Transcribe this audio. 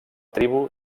tribu